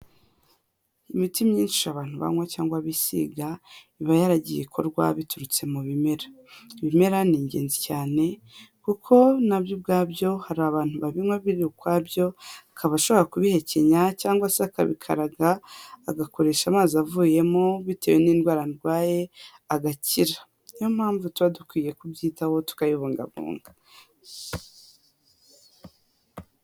Imiti myinshi abantu banywa cyangwa bisigaba iba yaragiye ikorwa biturutse mu bimera. Ibimera ni ingenzi cyane kuko na byo ubwa byo hari abantu babinywa biri ukwa byo, akaba ashobora kubihekenya cyangwa se akabikaraga agakoresha amazi avuyemo bitewe n'indwara arwaye agakira, niyo mpamvu tuba dukwiye kubyitaho tukayibungabunda.